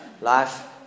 life